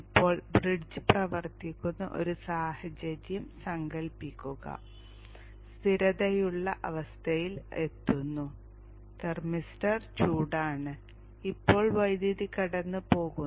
ഇപ്പോൾ ബ്രിഡ്ജ് പ്രവർത്തിക്കുന്ന ഒരു സാഹചര്യം സങ്കൽപ്പിക്കുക സ്ഥിരതയുള്ള അവസ്ഥയിൽ എത്തുന്നു തെർമിസ്റ്റർ ചൂടാണ് ഇപ്പോൾ വൈദ്യുതി പെട്ടെന്ന് പോകുന്നു